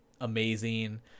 amazing